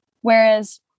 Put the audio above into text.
Whereas